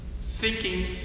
seeking